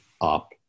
up